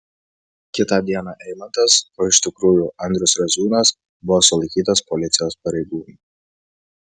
kitą dieną eimantas o iš tikrųjų andrius raziūnas buvo sulaikytas policijos pareigūnų